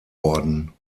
worden